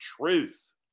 truth